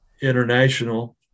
international